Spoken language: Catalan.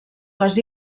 les